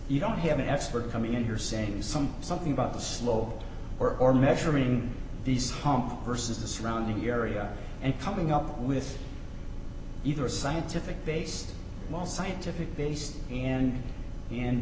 you don't have an expert coming in here saying to some something about the slow or or measuring these home vs the surrounding area and coming up with either a scientific based most scientific based and in